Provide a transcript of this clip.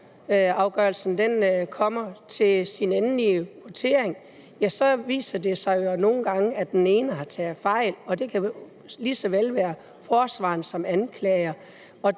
domstolen kommer til sin endelige votering, ja, så viser det sig jo nogle gange, at den ene har taget fejl, og det kan lige så vel være forsvarer som anklager.